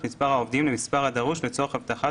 את מספר העובדים למספר הדרוש לצורך הבטחת